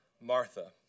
Martha